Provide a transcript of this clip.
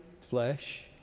flesh